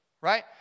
right